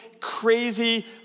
crazy